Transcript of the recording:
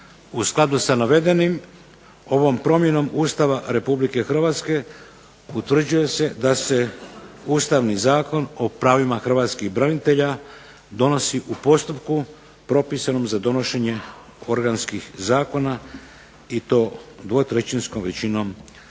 U skladu sa navedenim ovom promjenom Ustava Republike Hrvatske utvrđuje se da se ustavni Zakon o pravima hrvatskih branitelja donosi u postupku propisanom za donošenje organskih zakona i to dvotrećinskom većinom glasova